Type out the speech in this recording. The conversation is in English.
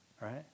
right